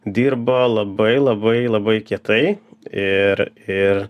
dirba labai labai labai kietai ir ir